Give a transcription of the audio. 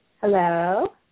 Hello